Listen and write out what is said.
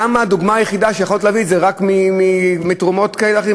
למה הדוגמה היחידה שיכולת להביא זה רק מתרומות כאלה ואחרות?